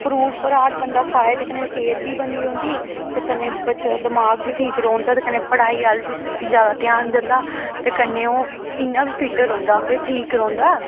fruit फ्राट बंदा खाए ते कन्नै सेह्त बी बनी रौंह्दी ते कन्नै बच्चे दा दमाग बी ठीक रौंह्दा ते कन्नै पढ़ाई अल्ल बी जैदा ध्यान जंदा ते कन्नै ओह् इ'यां बी फिट्ट रौंह्दा मतलब ठीक रौंह्दा